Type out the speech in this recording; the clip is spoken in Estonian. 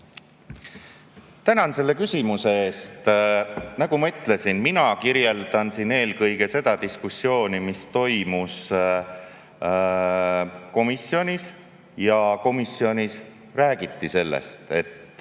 Tänan selle küsimuse eest. Nagu ma ütlesin, mina kirjeldan siin eelkõige seda diskussiooni, mis toimus komisjonis. Komisjonis räägiti sellest, et